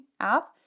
app